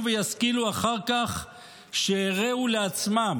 ואני מצטט: "אף על גב שהיה עוול ומעשה לרעה,